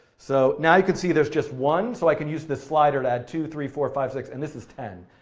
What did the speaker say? so now you could see there's just one so i can use this slider to add two, three, four, five, six, and this is ten.